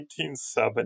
1970